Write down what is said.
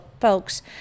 folks